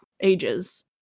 ages